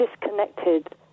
disconnected